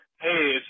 Hey